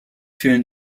vielen